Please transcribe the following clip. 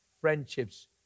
friendships